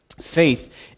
faith